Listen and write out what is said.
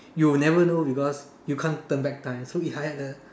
you will never know because you can't turn back time so if I had a